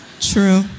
True